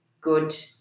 good